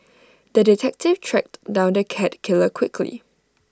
the detective tracked down the cat killer quickly